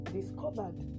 discovered